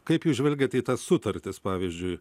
kaip jūs žvelgiat į tas sutartis pavyzdžiui